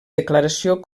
declaració